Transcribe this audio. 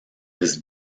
his